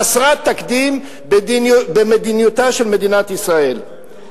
חסרת תקדים במדיניותה של מדינת ישראל.